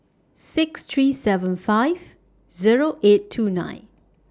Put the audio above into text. six three seven five Zero eight two nine